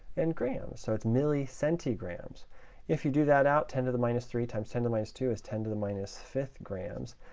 and grams. so it's millicentigrams. if you do that out, ten to the minus three times ten to the minus two is ten to the minus fifth grams,